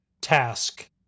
task